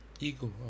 ego